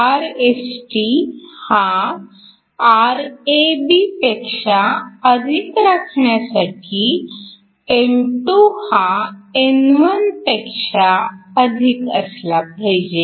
Rst हा Rab पेक्षा अधिक राखण्यासाठी N2 हा N1 पेक्षा अधिक असला पाहिजे